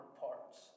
parts